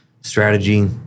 strategy